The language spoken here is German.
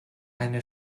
eine